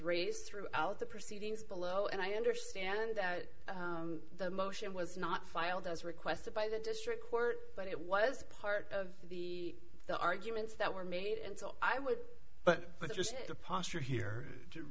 raised throughout the proceedings below and i understand the motion was not filed as requested by the district court but it was part of the the arguments that were made and so i would but just the posture here t